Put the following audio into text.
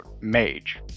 mage